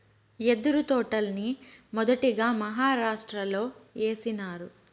యెదురు తోటల్ని మొదటగా మహారాష్ట్రలో ఏసినారు